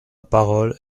parole